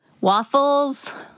Waffles